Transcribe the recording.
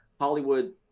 hollywood